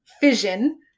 fission